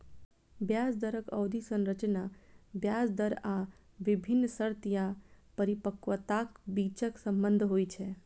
ब्याज दरक अवधि संरचना ब्याज दर आ विभिन्न शर्त या परिपक्वताक बीचक संबंध होइ छै